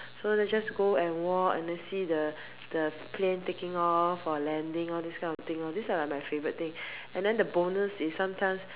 so let's just go and walk and then see the the plane taking off or landing all this kind of thing lor this are my favorite thing and then the bonus is sometimes